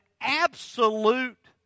absolute